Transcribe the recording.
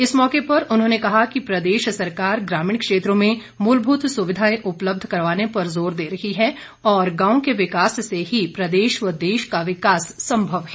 इस मौके पर उन्होंने कहा कि प्रदेश सरकार ग्रामीण क्षेत्रों में मूलभूत सुविधाएं उपलब्ध करवाने पर जोर दे रही है और गांव के विकास से ही प्रदेश व देश का विकास संभव है